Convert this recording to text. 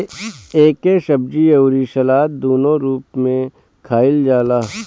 एके सब्जी अउरी सलाद दूनो रूप में खाईल जाला